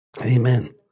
Amen